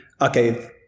okay